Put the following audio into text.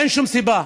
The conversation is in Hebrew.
אין שום סיבה.